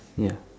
ya